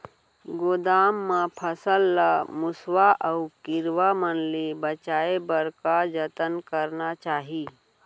गोदाम मा फसल ला मुसवा अऊ कीरवा मन ले बचाये बर का जतन करना चाही?